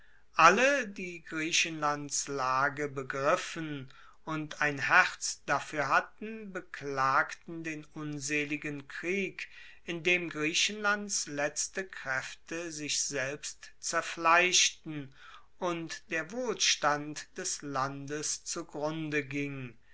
alle die griechenlands lage begriffen und ein herz dafuer hatten beklagten den unseligen krieg in dem griechenlands letzte kraefte sich selbst zerfleischten und der wohlstand des landes zugrunde ging